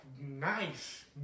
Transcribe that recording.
nice